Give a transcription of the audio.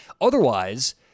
Otherwise